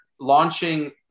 launching